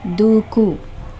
దూకు